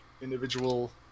individual